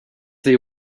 they